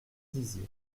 dizier